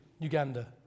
Uganda